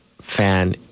fan